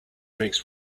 makes